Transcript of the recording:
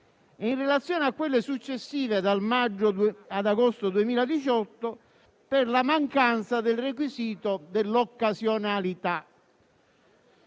in relazione a quelle successive, dal maggio ad agosto 2018, per la mancanza del requisito della occasionalità.